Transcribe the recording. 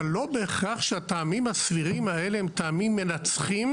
אבל לא בהכרח שהטעמים הסבירים האלה הם טעמים מנצחים,